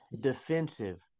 defensive